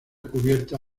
cubierta